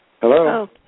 Hello